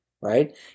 right